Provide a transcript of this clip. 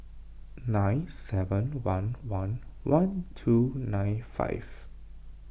nine seven one one one two nine five